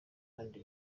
kandi